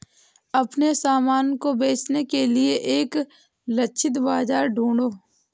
अपने सामान को बेचने के लिए एक लक्षित बाजार ढूंढो